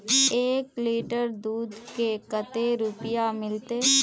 एक लीटर दूध के कते रुपया मिलते?